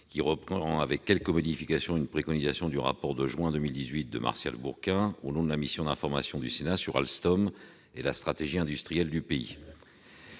qui reprend avec quelques modifications une préconisation du rapport de juin 2018 de M. Martial Bourquin, fait au nom de la mission d'information du Sénat sur Alstom et la stratégie industrielle du pays.